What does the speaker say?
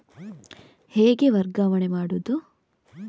ಹೇಗೆ ವರ್ಗಾವಣೆ ಮಾಡುದು?